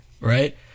right